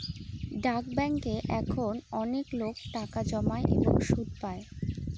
ডাক ব্যাঙ্কে এখন অনেকলোক টাকা জমায় এবং সুদ পাই